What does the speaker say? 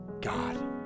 God